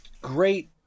great